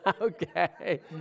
Okay